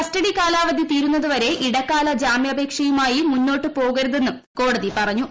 custody കാലാവധി തീരുന്നതുവരെ ഇടക്കാല ജാമ്യാപേക്ഷയുമായി മുന്നോട്ട് പോകരുതെന്നും കോടതി പറഞ്ഞു